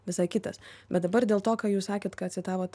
visai kitas bet dabar dėl to ką jūs sakėt ką citavot